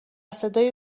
صدای